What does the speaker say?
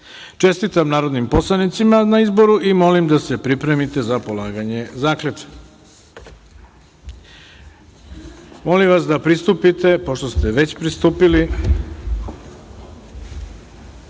narodnim poslanicima na izboru i molim da se pripremite za polaganje zakletve. Molim vas da pristupite. Pošto ste već pristupili,